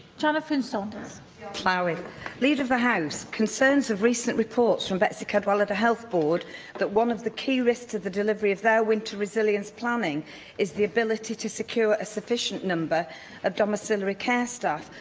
janet finch-saunders am leader of the house concerns of recent reports from betsi cadwaladr health board that one of the key risks to the delivery of their winter resilience planning is the ability to secure a sufficient number of domiciliary care staff,